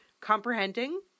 comprehending